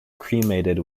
cremated